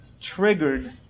triggered